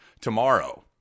tomorrow